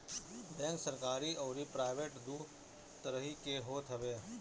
bank सरकरी अउरी private दू तरही के होत हवे